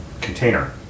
Container